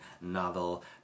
novel